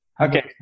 okay